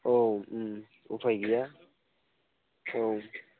औ उफाय गैया औ